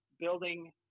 building